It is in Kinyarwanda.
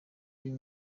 yuyu